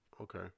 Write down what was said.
okay